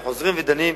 וחוזרים ודנים,